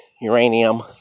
uranium